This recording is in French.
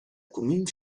commune